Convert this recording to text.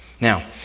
Now